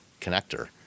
connector